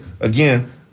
again